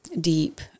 deep